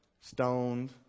stoned